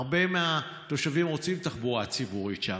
הרבה מהתושבים רוצים תחבורה ציבורית שם,